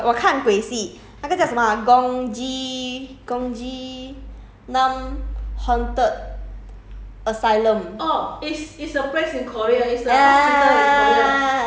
it's not yes~ it's not that day lah it's just yesterday mm 我我看鬼戏那个叫什么 ah haunted asylum